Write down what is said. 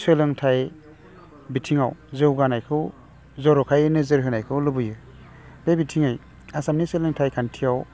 सोंलोंथाइ बिथिङाव जौगानायखौै जर'खायै नोजोर होनायखौ लुबैयो बे बिथिङै आसामनि सोलोंथाइ खान्थियाव